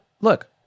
look